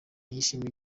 yishimira